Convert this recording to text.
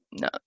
no